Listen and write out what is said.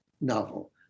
novel